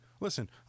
listen